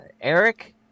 Eric